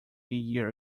year